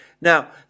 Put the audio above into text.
Now